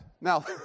Now